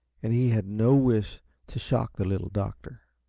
and he had no wish to shock the little doctor.